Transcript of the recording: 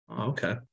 okay